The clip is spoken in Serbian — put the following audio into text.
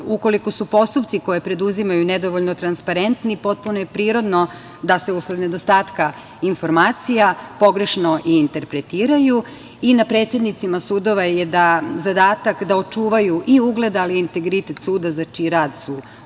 rade. Ukoliko su postupci koje preduzimaju nedovoljno transparentni potpuno je prirodno da se usled nedostatka informacija pogrešno i interpretiraju i na predsednicima sudova je zadatak da očuvaju i ugled, ali i integritet suda za čiji su rad